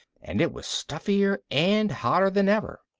and it was stuffier and hotter than ever.